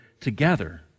together